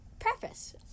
preface